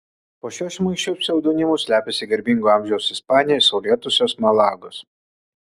po šiuo šmaikščiu pseudonimu slepiasi garbingo amžiaus ispanė iš saulėtosios malagos